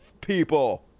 People